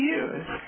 use